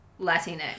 Latinx